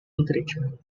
literature